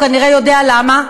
הוא כנראה יודע למה.